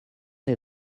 est